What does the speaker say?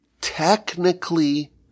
technically